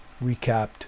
recapped